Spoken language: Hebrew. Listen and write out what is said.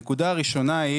הנקודה הראשונה,